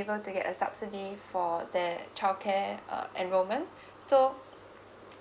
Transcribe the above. able to get a subsidy for that child care uh enrollment so